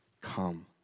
come